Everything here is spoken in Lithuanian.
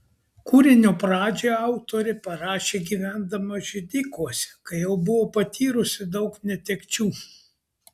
kūrinio pradžią autorė parašė gyvendama židikuose kai jau buvo patyrusi daug netekčių